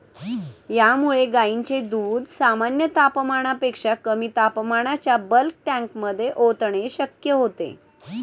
यामुळे गायींचे दूध सामान्य तापमानापेक्षा कमी तापमानाच्या बल्क टँकमध्ये ओतणे शक्य होते